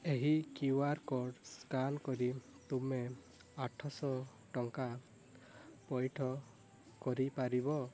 ଏହି Q R code scan କରି ତୁମେ ଆଠଶହ ଟଙ୍କା ପଇଠ କରିପାରିବ